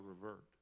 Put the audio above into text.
revert